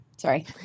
Sorry